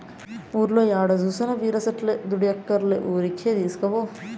ఊర్లో ఏడ జూసినా బీర సెట్లే దుడ్డియ్యక్కర్లే ఊరికే తీస్కపో